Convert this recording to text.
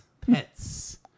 Pets